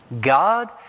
God